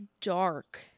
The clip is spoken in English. dark